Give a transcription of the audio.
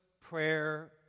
prayer